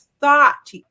thought